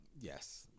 Yes